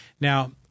Now